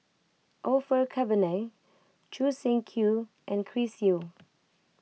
Orfeur Cavenagh Choo Seng Quee and Chris Yeo